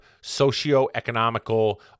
socio-economical